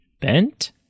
bent